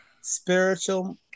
spiritual